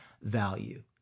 value